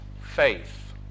faith